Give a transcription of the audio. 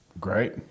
Great